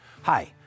Hi